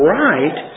right